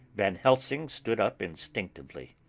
van helsing stood up instinctively.